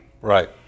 right